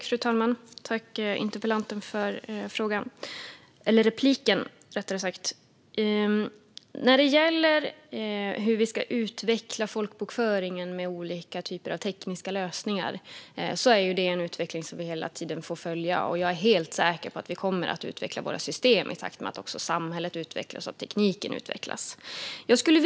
Fru talman! Hur folkbokföringen kan utvecklas med olika tekniska lösningar är något vi hela tiden följer, och jag är helt säker på att vi kommer att utveckla systemen i takt med att samhället och tekniken utvecklas.